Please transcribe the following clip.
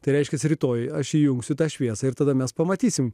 tai reiškia rytoj aš įjungsiu tą šviesą ir tada mes pamatysime